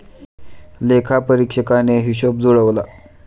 लेखापरीक्षकाने हिशेब जुळवला